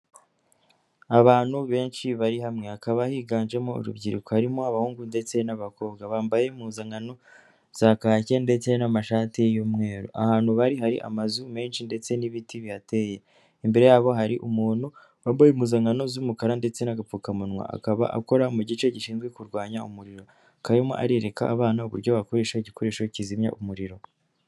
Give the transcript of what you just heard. Abantu benshi bari hamwe, hakaba higanjemo urubyiruko harimo abahungu ndetse n'abakobwa, bambaye impuzankano za kakake ndetse n'amashati y'umweru, ahantu bari hari amazu menshi ndetse n'ibiti bihateye, imbere yabo hari umuntu wambaye impuzankano z'umukara ndetse n'agapfukamunwa, akaba akora mu gice gishinzwe kurwanya umuriro, akaba arimo arereka abana uburyo bakoresha igikoresho kizimya umuriro.